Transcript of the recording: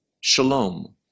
shalom